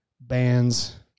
bands